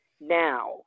Now